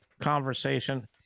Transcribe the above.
conversation